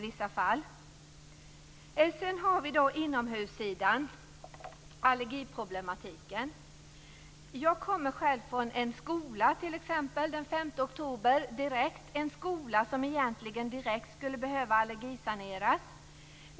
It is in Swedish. Sedan har vi inomhussidan - allergiproblemen. Jag var den 5 oktober i en skola, som egentligen direkt skulle behöva allergisaneras.